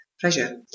Pleasure